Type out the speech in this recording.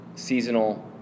Seasonal